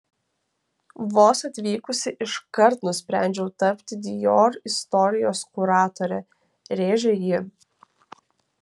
vos atvykusi iškart nusprendžiau tapti dior istorijos kuratore rėžė ji